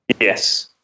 Yes